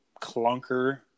clunker